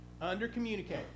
Under-communicate